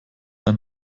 ein